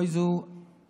אוי, זו הסתה,